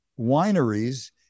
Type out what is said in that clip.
wineries